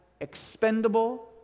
expendable